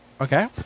Okay